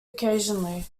occasionally